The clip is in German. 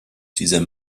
dieser